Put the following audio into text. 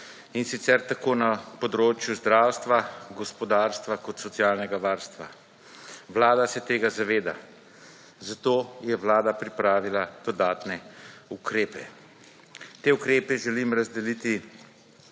in sicer tako na področju zdravstva, gospodarstva, kot socialnega varstva. Vlada se tega zaveda, zato je Vlada pripravila dodatne ukrepe. Te ukrepe želim razdeliti